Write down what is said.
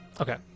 Okay